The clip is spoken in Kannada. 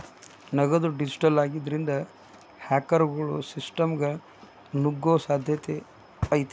ನಗದು ಡಿಜಿಟಲ್ ಆಗಿದ್ರಿಂದ, ಹ್ಯಾಕರ್ಗೊಳು ಸಿಸ್ಟಮ್ಗ ನುಗ್ಗೊ ಸಾಧ್ಯತೆ ಐತಿ